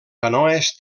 canoes